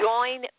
Join